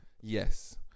yes